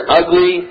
ugly